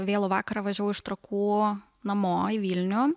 vėlų vakarą važiavau iš trakų namo į vilnių